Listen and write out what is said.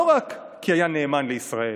לא רק כי היה נאמן לישראל,